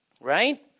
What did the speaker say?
Right